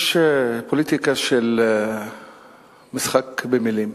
יש פוליטיקה של משחק במלים,